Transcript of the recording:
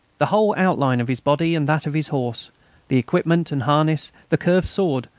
the whole outline of his body and that of his horse the equipment and harness, the curved sword,